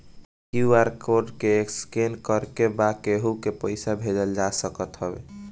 QR code के scan करके बा केहू के पईसा भेजल जा सकत हवे